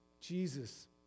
Jesus